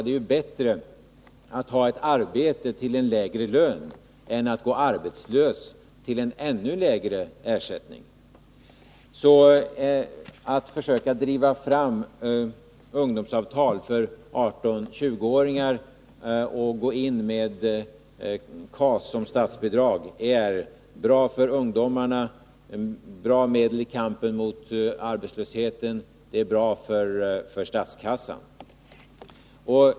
Det är ju bättre att ha ett arbete till en lägre lön än att gå arbetslös till en ännu lägre ersättning. Att försöka driva fram ungdomsavtal för 18-20-åringar och gå in med KAS som statsbidrag är bra för ungdomarna, det är ett bra medel i kampen mot arbetslösheten, och det är bra för statskassan.